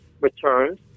returned